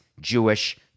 Jewish